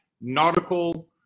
nautical